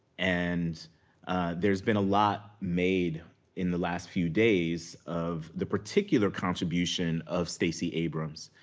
and there's been a lot made in the last few days of the particular contribution of stacey abrams.